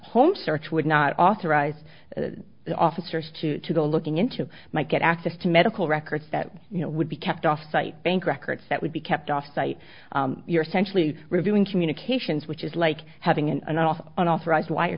home search would not authorize the officers to to go looking into might get access to medical records that you know would be kept offsite bank records that would be kept offsite you're centrally reviewing communications which is like having an off on authorized wire